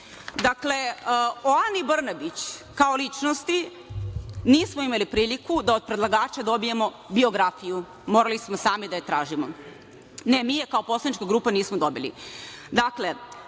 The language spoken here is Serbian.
mandat.O Ani Brnabić kao ličnosti nismo imali priliku da od predlagača dobijemo biografiju, morali smo sami da je tražimo. Ne, mi je kao poslanička grupa nismo dobili.